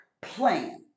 plan